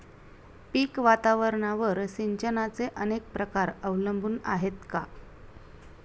पीक वातावरणावर सिंचनाचे अनेक प्रकार अवलंबून आहेत का?